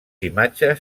imatges